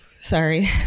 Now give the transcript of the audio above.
Sorry